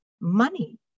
Money